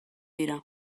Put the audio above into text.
dira